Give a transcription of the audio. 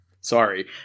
sorry